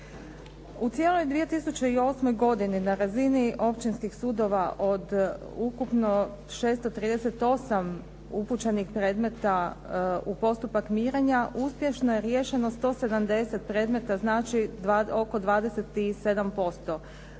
U cijeloj 2008. godini na razini općinskih sudova od ukupno 638 upućenih u postupak mirenja, uspješno je riješeno 170 predmeta. Znači oko 27%.